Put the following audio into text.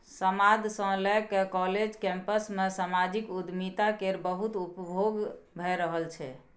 समाद सँ लए कए काँलेज कैंपस मे समाजिक उद्यमिता केर बहुत उपयोग भए रहल छै